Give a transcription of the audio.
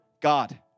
God